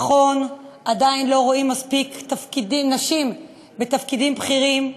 נכון, עדיין לא רואים מספיק נשים בתפקידים בכירים.